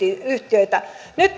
yhtiöitä nyt